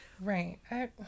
Right